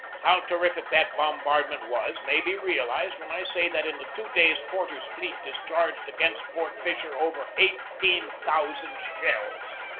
how terrific that bom bardment was may be realized when i say that in the two days porter's fleet discharged against fort fisher over eighteen thousand shells.